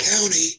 County